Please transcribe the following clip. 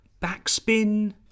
backspin